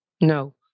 No